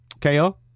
KO